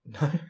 no